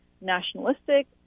nationalistic